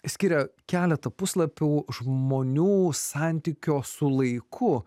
skiria keletą puslapių žmonių santykio su laiku